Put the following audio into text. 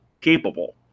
capable